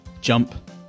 jump